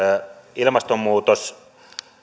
ilmastonmuutos